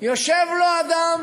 יושב לו אדם